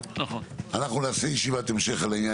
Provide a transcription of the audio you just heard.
אנחנו נעשה ישיבת המשך על העניין.